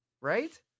Right